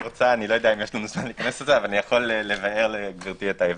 יכול לבאר לגברתי את ההבדלים.